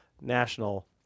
national